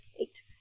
eight